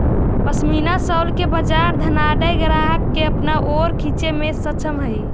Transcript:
pashmina shawl के बाजार धनाढ्य ग्राहक के अपना ओर खींचे में सक्षम हई